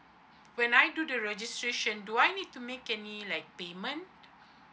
when I do the registration do I need to make any like payment